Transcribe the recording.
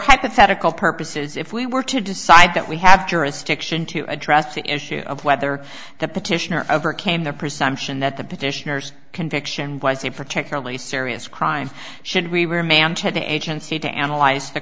hypothetical purposes if we were to decide that we have jurisdiction to address the issue of whether the petitioner overcame the presumption that the petitioner's conviction was a particularly serious crime should we were manchanda agency to analyze the